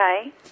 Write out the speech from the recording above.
Okay